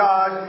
God